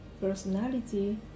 personality